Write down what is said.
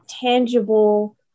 tangible